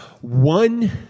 one